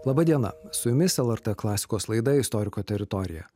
laba diena su jumis lrt klasikos laida istoriko teritorija